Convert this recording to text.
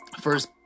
first